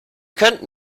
könnten